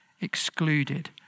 excluded